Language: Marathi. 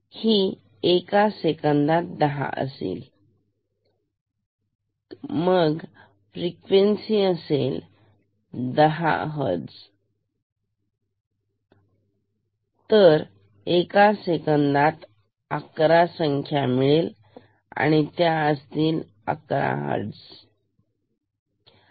ही 1 सेकंदात 10 असेल का मग फ्रिक्वेन्सी असेल 10 हर्ट्स मोजणी जर 1 सेकंदात 11 असेल तर ते असत 11 हर्ट्सहे आहे 11